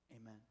amen